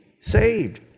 saved